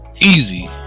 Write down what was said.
easy